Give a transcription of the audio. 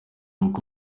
uko